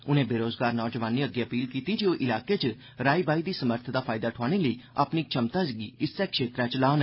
उन्ने बेरोजगार नौजवानें अग्गे अपील कीती जे ओ इलाके च राई बाई दी समर्थ दा फैयदा ठोआने लेई अपनी क्षमता गी इस क्षेत्रै च लान